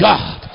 God